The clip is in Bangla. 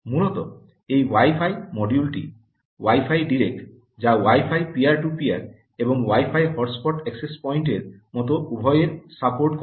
মূলত এই ওয়াই ফাই মডিউলটি ওয়াই ফাই ডিরেক্ট যা wifi peer to peer এবং ওয়াই ফাই হটস্পট অ্যাক্সেস পয়েন্টের মতো উভয়ের সাপোর্ট করে